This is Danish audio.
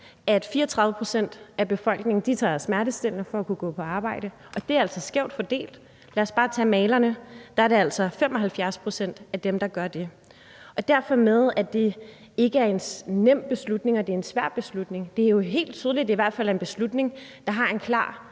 at 34 pct. af befolkningen tager noget smertestillende for at kunne gå på arbejde, og det er altså skævt fordelt. Lad os bare tage malerne. Der er det altså 75 pct., der gør det. Derfor vil jeg sige i forhold til det her med, at det ikke er en nem beslutning, men en svær beslutning, at det jo helt tydeligt i hvert fald er en beslutning, der har en klar